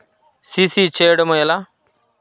CC చేయడము ఎలా?